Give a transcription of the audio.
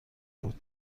بود